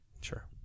sure